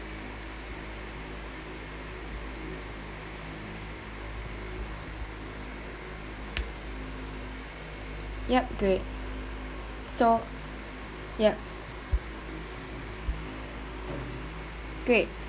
yup great so yup great